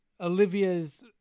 Olivia's